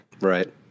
Right